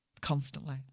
constantly